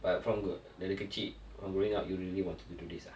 but from gr~ dari kecil from growing up you really wanted to do this ah